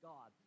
God